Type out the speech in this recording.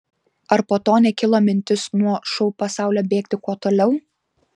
ar po to nekilo mintis nuo šou pasaulio bėgti kuo toliau